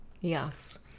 Yes